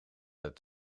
uit